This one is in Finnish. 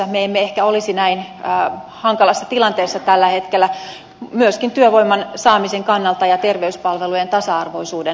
me emme ehkä olisi näin hankalassa tilanteessa tällä hetkellä myöskään työvoiman saamisen kannalta ja terveyspalvelujen tasa arvoisuuden näkökulmasta